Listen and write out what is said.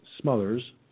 Smothers